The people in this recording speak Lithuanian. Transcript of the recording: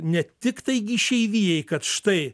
ne tik taigi išeivijai kad štai